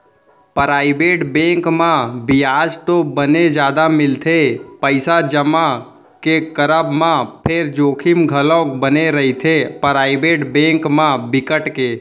private bank म बियाज तो बने जादा मिलथे पइसा जमा के करब म फेर जोखिम घलोक बने रहिथे, पराइवेट बेंक म बिकट के